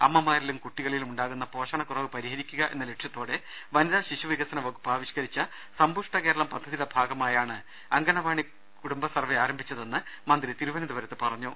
അമ്മമാരിലും കുട്ടികളിലും ഉണ്ടാകുന്ന പോഷണക്കുറവ് പരിഹരിക്കുക എന്ന ലക്ഷ്യത്തോടെ വനിതാ ശിശു വികസന വകുപ്പ് ആവിഷ്കരിച്ച സമ്പുഷ്ട കേരളം പദ്ധതിയുടെ ഭാഗമായാണ് അംഗണവാടി കുടുംബ സർവ്വേ ആരംഭിച്ചതെന്ന് മന്ത്രി ട തിരുവനന്തപുരത്ത് അറിയിച്ചു